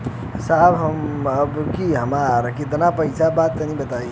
साहब अबहीं हमार कितना पइसा बा तनि देखति?